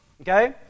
Okay